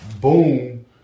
boom